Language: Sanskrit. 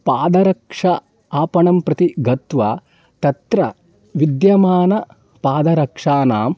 पादरक्षा आपणं प्रति गत्वा तत्र विद्यमानपादरक्षाणाम्